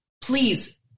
please